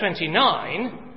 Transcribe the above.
29